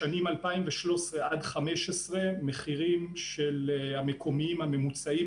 בשנים 2013 עד 2015 המחירים המקומיים הממוצעים